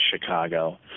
Chicago